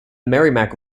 merrimack